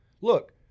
Look